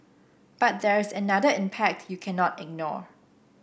but there is another impact you cannot ignore